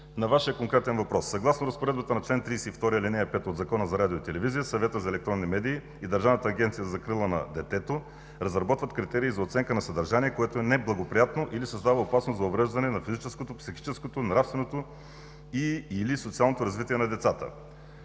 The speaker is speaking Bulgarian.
На Вашия конкретен въпрос. Съгласно Разпоредбата на чл. 32, ал. 5 от Закона за радио и телевизия, Съветът за електронни медии и Държавната агенция за закрила на детето разработват критерии за оценка на съдържание, което е неблагоприятно или създава опасност за увреждането на физическото, психическото и нравственото и/или социалното развитие на децата,